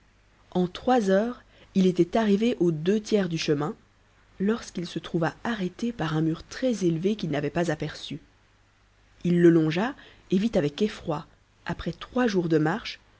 en trois heures il était arrivé aux deux tiers du chemin lorsqu'il se trouva arrêté par un mur très élevé qu'il n'avait pas aperçu il le longea et vit avec effroi après trois jours de marche